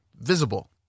visible